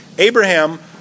Abraham